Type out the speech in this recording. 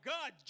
God